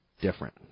different